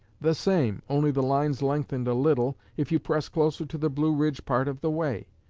the same, only the lines lengthened a little, if you press closer to the blue ridge part of the way.